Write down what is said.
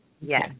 yes